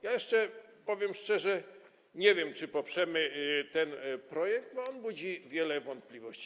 Ja jeszcze, powiem szczerze, nie wiem, czy poprzemy ten projekt, bo on budzi wiele wątpliwości.